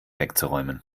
wegzuräumen